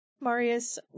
Marius